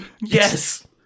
Yes